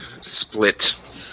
split